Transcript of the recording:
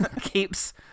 keeps